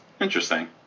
Interesting